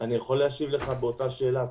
אני יכול להשיב לך באותה שאלה,